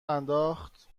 انداخت